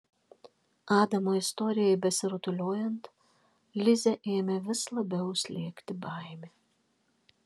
adamo istorijai besirutuliojant lizę ėmė vis labiau slėgti baimė